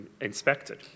inspected